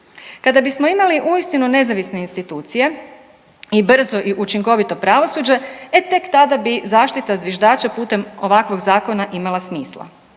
Kada bismo imali uistinu nezavisne institucije i brzo i učinkovito pravosuđe, e tek tada bi zaštita zviždača putem ovakvog zakona imala smisla.